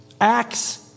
Acts